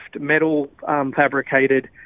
metal-fabricated